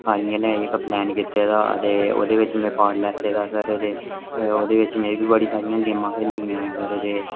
army आह्लें एह् जेह्का प्लान कीते दा ते ओह्दे बिच में पार्ट लैते दा ते सर में ओह्दे च में बी बड़ी सारी गेमां खेढी दियां सर ते